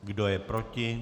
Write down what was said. Kdo je proti?